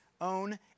own